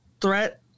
threat